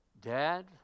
Dad